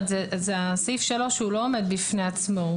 סעיף 3 לא עומד בפני עצמו.